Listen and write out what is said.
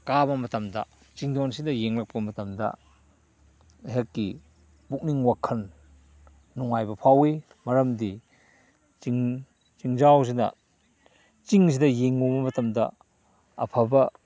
ꯀꯥꯕ ꯃꯇꯝꯗ ꯆꯤꯡꯗꯣꯟꯁꯤꯗ ꯌꯦꯡꯂꯛꯄ ꯃꯇꯝꯗ ꯑꯩꯍꯥꯛꯀꯤ ꯄꯨꯛꯅꯤꯡ ꯋꯥꯈꯜ ꯅꯨꯡꯉꯥꯏꯕ ꯐꯥꯎꯏ ꯃꯔꯝꯗꯤ ꯆꯤꯡ ꯆꯤꯡꯖꯥꯎꯁꯤꯗ ꯆꯤꯡꯁꯤꯗ ꯌꯦꯡꯉꯨꯕ ꯃꯇꯝꯗ ꯑꯐꯕ